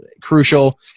crucial